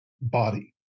body